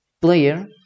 player